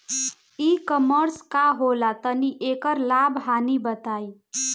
ई कॉमर्स का होला तनि एकर लाभ हानि बताई?